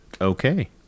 Okay